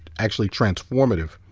actually, transformative.